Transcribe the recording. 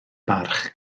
barch